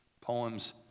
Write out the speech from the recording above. poems